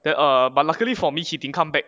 then err but luckily for me he didn't come back